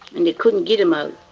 and they couldn't get him out.